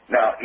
Now